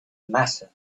matter